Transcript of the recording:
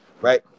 right